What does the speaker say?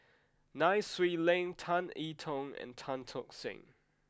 Nai Swee Leng Tan I Tong and Tan Tock Seng